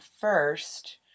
first